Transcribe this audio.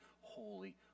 holy